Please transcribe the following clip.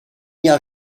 jahr